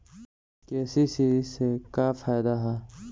KCC से का फायदा ह?